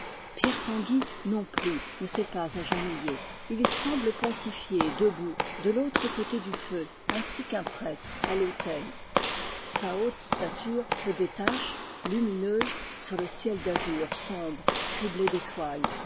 pierre tanguy non plus ne s'est pas agenouillé il semble pontifier debout de l'autre côté du feu ainsi qu'un prêtre à l'autel sa haute stature se détache lumineuse sur le ciel d'azur sombre criblé d'étoiles